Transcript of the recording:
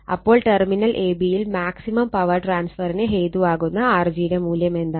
അപ്പോൾ terminal AB യിൽ maximum power ട്രാൻസ്ഫറിന് ഹേതുവാകുന്ന Rg യുടെ മൂല്യം എന്താണ്